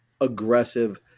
aggressive